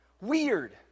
weird